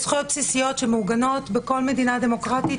יש זכויות בסיסיות שמעוגנות בכל מדינה דמוקרטיה,